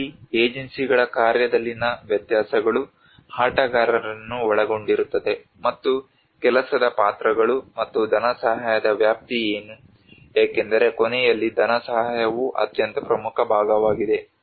ಇಲ್ಲಿ ಏಜೆನ್ಸಿಗಳ ಕಾರ್ಯದಲ್ಲಿನ ವ್ಯತ್ಯಾಸಗಳು ಆಟಗಾರರನ್ನು ಒಳಗೊಂಡಿರುತ್ತದೆ ಮತ್ತು ಕೆಲಸದ ಪಾತ್ರಗಳು ಮತ್ತು ಧನಸಹಾಯದ ವ್ಯಾಪ್ತಿ ಏನು ಏಕೆಂದರೆ ಕೊನೆಯಲ್ಲಿ ಧನಸಹಾಯವು ಅತ್ಯಂತ ಪ್ರಮುಖ ಭಾಗವಾಗಿದೆ